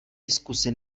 diskuzi